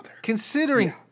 Considering